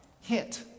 hit